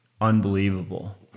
Unbelievable